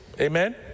amen